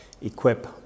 equip